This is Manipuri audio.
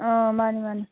ꯑꯥ ꯃꯥꯅꯦ ꯃꯥꯅꯦ